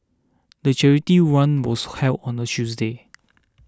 the charity run was held on a Tuesday